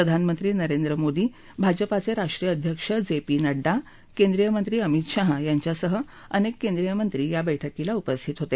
प्रधानमंत्री नरेंद्र मोदी भाजपाचे राष्ट्रीय अध्यक्ष जे पी नड्डा केंद्रीय मंत्री अमित शाह यांच्यासह अनेक केंद्रीय मंत्री या बैठकीला उपस्थित होते